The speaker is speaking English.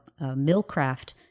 Millcraft